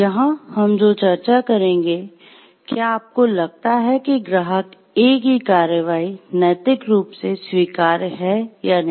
यहां हम जो चर्चा करेंगे क्या आपको लगता है कि ग्राहक A की कार्रवाई नैतिक रूप से स्वीकार्य है या नहीं